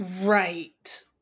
Right